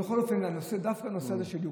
בכל אופן, דווקא הנושא הזה של יוקרה,